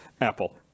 Apple